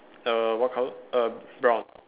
err what color err brown